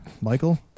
Michael